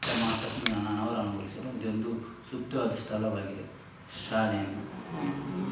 ತಮ್ಮ ಪ್ರತಿಭೆಯನ್ನು ಅನಾ ಅನಾವರಣಗೊಳಿಸಲು ಇದೊಂದು ಸೂಕ್ತವಾದ ಸ್ಥಳವಾಗಿದೆ ಶಾಲೆ ಎನ್ನುದು ಇನ್ನು